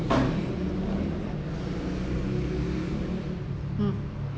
mm